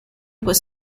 was